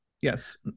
Yes